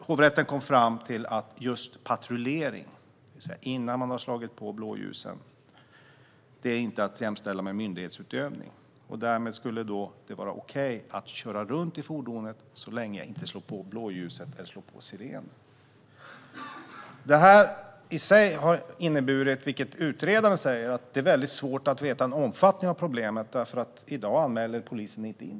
Hovrätten kom fram till att just patrullering, det vill säga innan man har slagit på blåljusen, inte är att jämställa med myndighetsutövning. Därmed skulle det vara okej att köra runt i fordonet så länge jag inte slår på blåljuset eller sirenen. Detta i sig har inneburit, vilket utredaren säger, att det är väldigt svårt att veta omfattningen av problemet eftersom polisen i dag inte anmäler det.